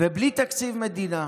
ובלי תקציב מדינה.